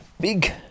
Big